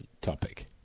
topic